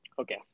Okay